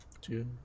Two